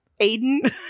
Aiden